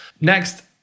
Next